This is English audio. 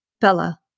Bella